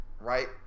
Right